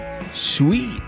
Sweet